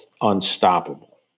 unstoppable